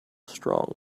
strong